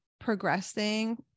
progressing